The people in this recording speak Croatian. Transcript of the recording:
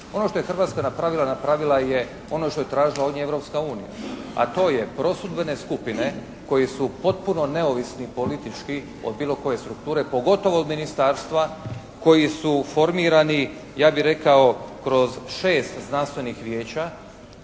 Ono što je Hrvatska napravila, napravila je ono što je tražila od nje Europska unija, a to je prosudbene skupine koji su potpuno neovisni politički od bilo koje strukture, pogotovo od ministarstva koji su formirani ja bih rekao kroz šest znanstvenih vijeća